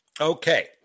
okay